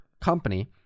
company